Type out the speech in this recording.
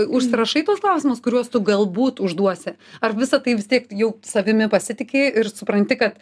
užsirašai tuos klausimus kuriuos tu galbūt užduosi ar visa tai vis tiek jau savimi pasitiki ir supranti kad